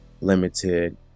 limited